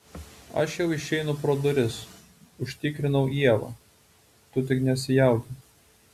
aš jau išeinu pro duris užtikrinau ievą tu tik nesijaudink